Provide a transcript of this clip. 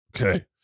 okay